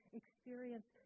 experience